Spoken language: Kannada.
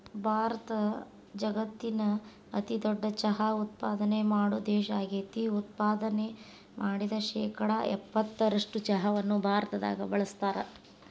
ಭಾರತ ಜಗತ್ತಿನ ಅತಿದೊಡ್ಡ ಚಹಾ ಉತ್ಪಾದನೆ ಮಾಡೋ ದೇಶ ಆಗೇತಿ, ಉತ್ಪಾದನೆ ಮಾಡಿದ ಶೇಕಡಾ ಎಪ್ಪತ್ತರಷ್ಟು ಚಹಾವನ್ನ ಭಾರತದಾಗ ಬಳಸ್ತಾರ